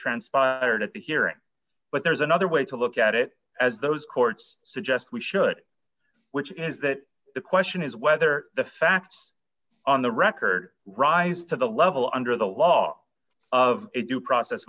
transpired at the hearing but there's another way to look at it as those courts suggest we should which is that the question is whether the facts on the record rise to the level under the law of it process